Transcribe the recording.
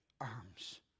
arms